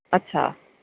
अच्छा